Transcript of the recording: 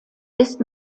ist